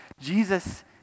Jesus